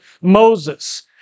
Moses